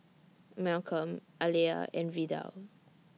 Malcolm Aleah and Vidal